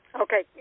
Okay